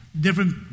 different